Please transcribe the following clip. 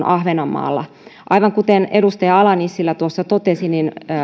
ahvenanmaalla aivan kuten edustaja ala nissilä tuossa totesi